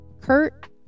Kurt